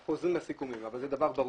חוזרים מן הסיכומים, אבל זה דבר ברור.